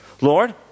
Lord